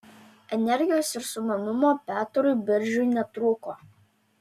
energijos ir sumanumo petrui biržiui netrūko